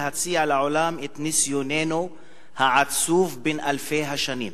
להציע לעולם את ניסיוננו העצוב בן אלפי השנים,